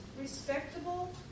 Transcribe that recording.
respectable